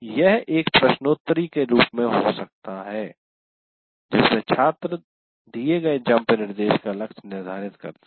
यह एक प्रश्नोत्तरी के रूप में हो सकता है जिसमे छात्र दिए गए जम्प निर्देश का लक्ष्य निर्धारित करते हैं